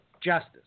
justice